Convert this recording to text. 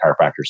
chiropractors